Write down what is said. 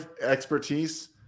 expertise